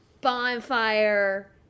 bonfire